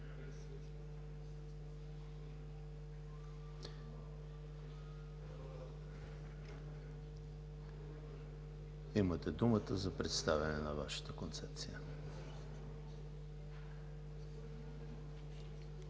имате думата за представяне на Вашата концепция.